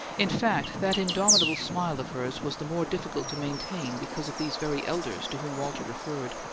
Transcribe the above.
in fact, that indomitable smile of hers was the more difficult to maintain because of these very elders to whom walter referred.